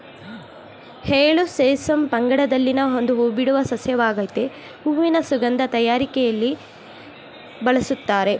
ಎಳ್ಳು ಸೆಸಮಮ್ ಪಂಗಡದಲ್ಲಿನ ಒಂದು ಹೂಬಿಡುವ ಸಸ್ಯವಾಗಾಯ್ತೆ ಹೂವಿನ ಸುಗಂಧ ತಯಾರಿಕೆಲಿ ಬಳುಸ್ತಾರೆ